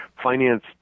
finance